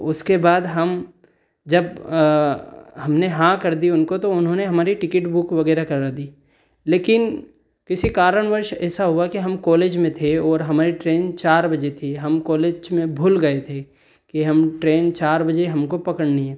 उसके बाद हम जब हमने हाँ कर दी उनको तो उन्होंने हमारी टिकेट बुक वगैरह करा दी लेकिन किसी कारणवश ऐसा हुआ कि हमको कॉलेज में थे और हमारी ट्रेन चार बजे थी हम कॉलेच में भूल गए थे कि हम ट्रेन चार बजे हमको पकड़नी है